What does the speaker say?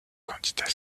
candidat